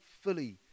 fully